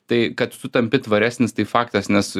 tai kad tu tampi tvaresnis tai faktas nes